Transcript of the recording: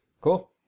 Cool